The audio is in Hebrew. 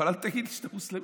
אבל אל תגיד לי שאתה מוסלמי,